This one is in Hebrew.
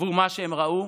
עבור מה שהם ראו